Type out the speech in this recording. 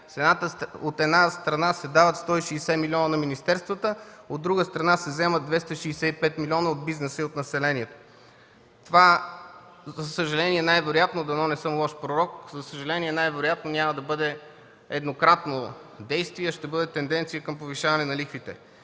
От една страна, се дават 160 милиона на министерствата, от друга страна, се заемат 265 милиона от бизнеса и от населението. За съжаление, дано не съм лош пророк, това най-вероятно няма да бъде еднократно действие, а ще бъде тенденция към повишаване на лихвите.